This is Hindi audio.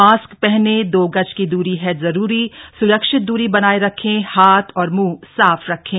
मास्क पहने दो गज की दूरी है जरूरी सुरक्षित दूरी बनाए रखें हाथ और मुंह साफ रखें